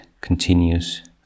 continues